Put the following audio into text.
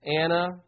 Anna